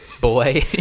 boy